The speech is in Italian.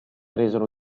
resero